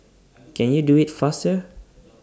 can you do IT faster